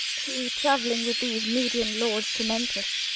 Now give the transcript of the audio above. who, travelling with these median lords to memphis,